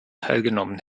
teilgenommen